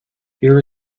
here